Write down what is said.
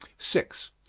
six.